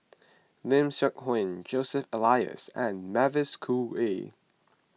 Lim Seok Hui Joseph Elias and Mavis Khoo Oei